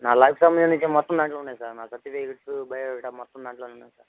నా లైఫ్కి సంబంధించిన మొత్తం దానిలో ఉన్నాయి సార్ నా సర్టిఫికేట్స్ బయోడేటా మొత్తం దానిలోనే ఉన్నాయి సార్